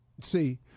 See